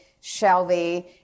Shelby